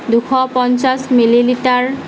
দুশ পঞ্চাছ মিলিলিটাৰ